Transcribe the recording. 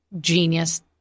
Genius